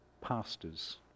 pastors